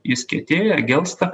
jis kietėja gelsta